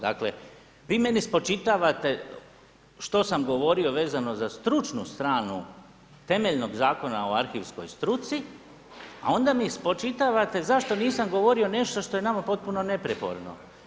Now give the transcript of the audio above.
Dakle vi meni spočitavate što sam govorio vezano za stručnu stranu temeljenog Zakona o arhivskoj struci, a onda mi spočitavate zašto nisam govorio nešto što je nama potpuno neprijeporno.